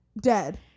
dead